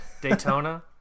Daytona